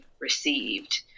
received